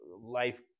life